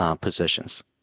positions